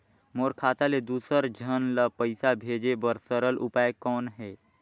मोर खाता ले दुसर झन ल पईसा भेजे बर सरल उपाय कौन हे?